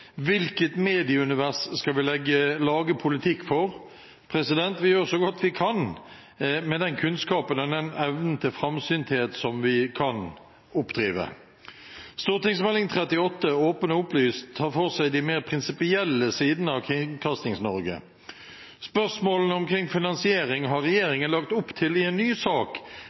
Hvilket medieunivers skal vi lage politikk for? Vi gjør så godt vi kan, med den kunnskapen og den evnen til framsynthet som vi kan oppdrive. Meld. St. 38 Open og opplyst tar for seg de mer prinsipielle sidene av Kringkastings-Norge. Spørsmålene omkring finansiering har regjeringen lagt opp til i en ny sak